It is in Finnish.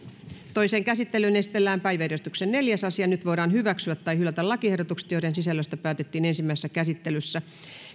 toiseen käsittelyyn esitellään päiväjärjestyksen neljäs asia nyt voidaan hyväksyä tai hylätä lakiehdotukset joiden sisällöstä päätettiin ensimmäisessä käsittelyssä